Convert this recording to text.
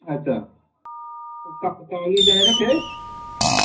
अच्छा काबुली चने रक्खे दे